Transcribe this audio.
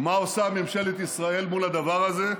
ומה עושה ממשלת ישראל מול הדבר הזה?